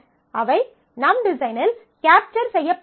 அவை நம் டிசைனில் கேப்சர் செய்யப்படவில்லை